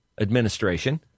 administration